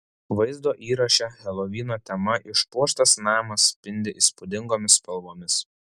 vaizdo įraše helovino tema išpuoštas namas spindi įspūdingomis spalvomis